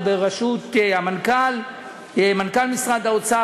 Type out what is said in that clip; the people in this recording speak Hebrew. בראשות מנכ"ל משרד האוצר,